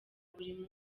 buri